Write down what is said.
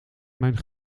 mijn